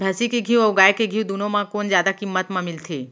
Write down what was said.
भैंसी के घीव अऊ गाय के घीव दूनो म कोन जादा किम्मत म मिलथे?